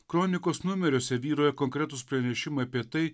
kronikos numeriuose vyrauja konkretūs pranešimai apie tai